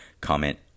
comment